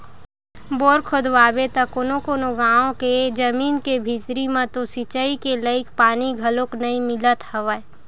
bore खोदवाबे त कोनो कोनो गाँव के जमीन के भीतरी म तो सिचई के लईक पानी घलोक नइ मिलत हवय